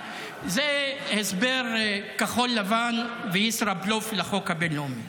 הסבר כחול-לבן וישראבלוף לחוק הבין-לאומי.